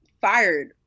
fired